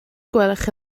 gwelwch